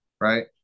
right